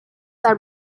are